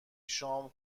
شام